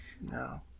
No